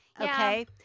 okay